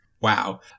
Wow